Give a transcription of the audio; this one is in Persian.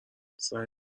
سعی